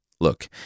Look